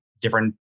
different